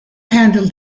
handled